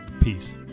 Peace